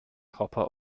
copper